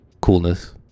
coolness